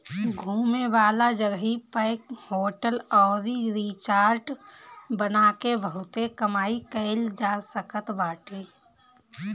घूमे वाला जगही पअ होटल अउरी रिजार्ट बना के बहुते कमाई कईल जा सकत बाटे